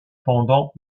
pendant